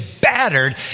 battered